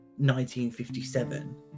1957